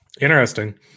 Interesting